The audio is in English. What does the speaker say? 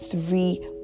three